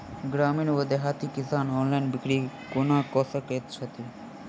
ग्रामीण वा देहाती किसान ऑनलाइन बिक्री कोना कऽ सकै छैथि?